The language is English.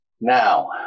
Now